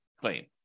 claim